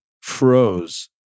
froze